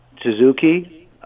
Suzuki